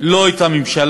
לא את הממשלה,